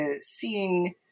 seeing